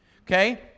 Okay